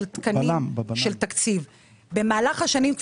במהלך השנים,